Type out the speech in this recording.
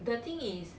the thing is